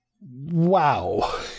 wow